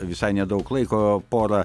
visai nedaug laiko porą